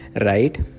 right